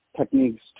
techniques